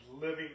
living